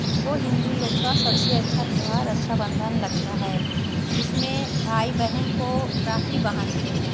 हमको हिन्दू लोग का सबसे अच्छा त्यौहार रक्षा बंधन लगता है जिसमें भाई बहन को राखी बहनते हैं